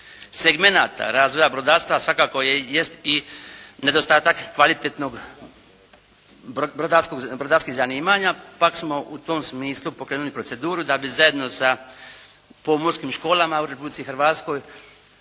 segmenata razvoja brodarstva svakako je, jest i nedostatak kvalitetnog brodarskog, brodarskih zanimanja pa smo u tom smislu pokrenuli proceduru da bi zajedno sa pomorskim školama u Republici Hrvatskoj